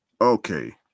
Okay